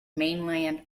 mainline